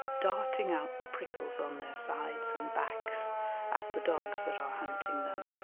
darting out the prickles on their sides and backs at the dogs that are hunting them.